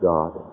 God